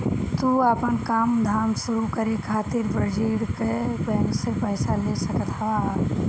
तू आपन काम धाम शुरू करे खातिर वाणिज्यिक बैंक से पईसा ले सकत हवअ